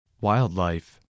Wildlife